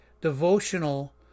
devotional